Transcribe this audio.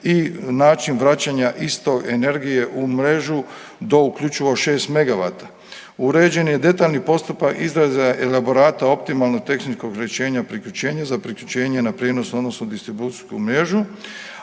i način vraćanja isto energije u mrežu do uključivo 6 megavata. Uređen je detaljni postupak izraza elaborata optimalnog .../Govornik se ne razumije./... priključenje za priključenje na prijenos odnosno distribucijsku mrežu,